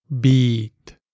beat